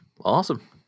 awesome